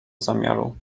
zamiaru